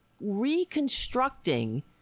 reconstructing